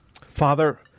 Father